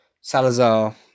Salazar